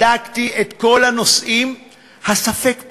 בדקתי את כל הנושאים הספק-פליליים,